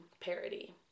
parody